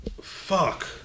Fuck